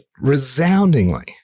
resoundingly